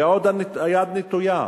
ועוד היד נטויה.